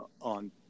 on